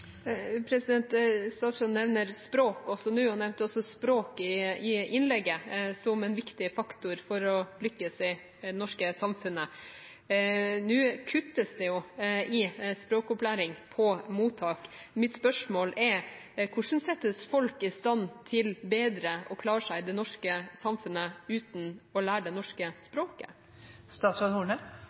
Statsråden nevner språk også nå – hun nevnte også språk i innlegget – som en viktig faktor for å lykkes i det norske samfunnet. Nå kuttes det jo i språkopplæring på mottak. Mitt spørsmål er: Hvordan settes folk i stand til bedre å klare seg i det norske samfunnet uten å lære det norske